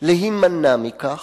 להימנע מכך,